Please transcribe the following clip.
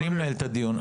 אני מנהל את הדיון,